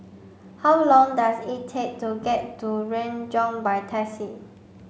how long does it take to get to Renjong by taxi